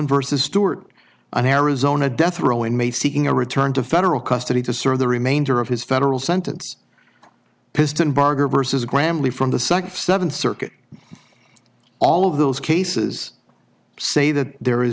versus stewart an arizona death row inmate seeking a return to federal custody to serve the remainder of his federal sentence piston berger versus graham lee from the second seventh circuit all of those cases say that there is